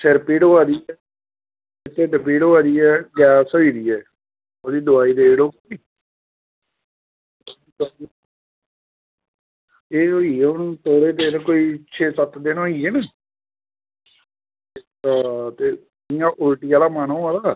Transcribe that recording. सिर पीड़ होआ दी ऐ ढिड्ड पीड़ होआ दा ऐ गैर होई दी ऐ ओह्दी दवाई देई ओड़ो एह् होइया थोह्ड़ा चिर कोई छे सत्त दिन होई गे न ते इयां उल्टी आह्ला मन होआ दा